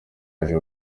yaje